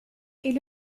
est